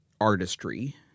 artistry